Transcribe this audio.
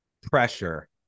pressure